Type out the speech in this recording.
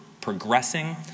progressing